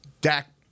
Dak